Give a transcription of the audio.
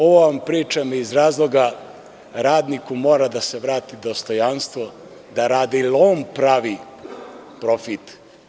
Ovom vam pričam iz razloga, radniku mora da se vrati dostojanstvo da radi, jel on pravi profit.